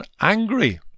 angry